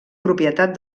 propietat